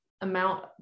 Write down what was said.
amount